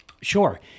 Sure